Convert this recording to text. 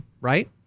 Right